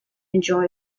enjoy